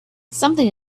something